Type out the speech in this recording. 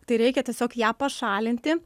tai reikia tiesiog ją pašalinti